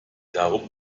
darum